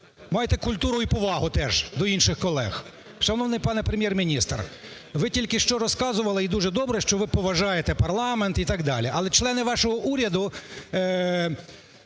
Майте культуру і повагу теж до інших колег. Шановний пане Прем'єр-міністр, ви тільки що розказували, і дуже добре, що ви поважаєте парламент і так далі. Але члени вашого уряду,